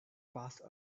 passed